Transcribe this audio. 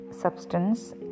substance